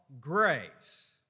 grace